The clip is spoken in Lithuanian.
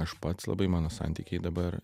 aš pats labai mano santykiai dabar